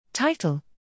Title